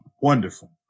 wonderful